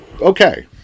okay